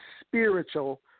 spiritual